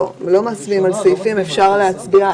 יתקיים כנס לזכרו של הרב אברהם יצחק הכהן קוק,